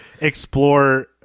explore